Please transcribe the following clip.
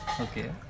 okay